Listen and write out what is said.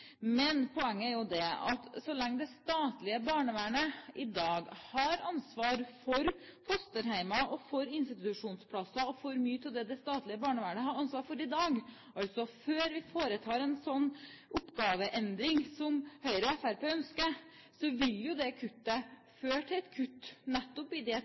Men poenget er at så lenge det statlige barnevernet i dag har ansvaret for fosterhjem og institusjonsplasser og for mye av det de har ansvaret for i dag, før vi foretar en slik oppgaveendring som Høyre og Fremskrittspartiet ønsker, vil et kutt her føre til et kutt nettopp i